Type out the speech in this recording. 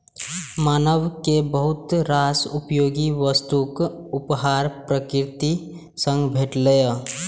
मानव कें बहुत रास उपयोगी वस्तुक उपहार प्रकृति सं भेटलैए